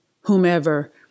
whomever